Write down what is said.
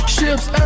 Ships